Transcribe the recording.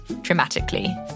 dramatically